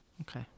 Okay